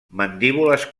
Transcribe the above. mandíbules